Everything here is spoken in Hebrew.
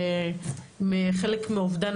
שחלק מאובדן